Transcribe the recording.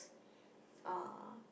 uh